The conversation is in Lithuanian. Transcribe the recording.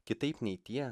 kitaip nei tie